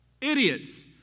idiots